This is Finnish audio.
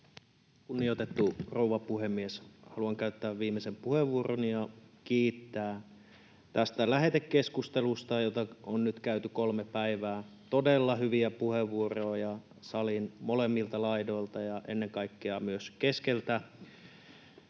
Kunnioitettu rouva puhemies! Haluan käyttää viimeisen puheenvuoroni ja kiittää tästä lähetekeskustelusta, jota on nyt käyty kolme päivää. Todella hyviä puheenvuoroja salin molemmilta laidoilta ja ennen kaikkea myös keskeltä.